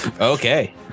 okay